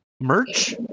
merch